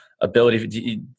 ability